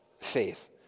faith